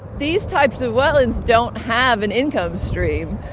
these types of wetlands don't have an income stream.